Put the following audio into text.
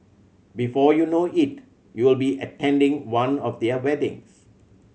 before you know it you'll be attending one of their weddings